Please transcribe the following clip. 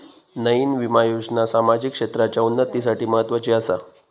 नयीन विमा योजना सामाजिक क्षेत्राच्या उन्नतीसाठी म्हत्वाची आसा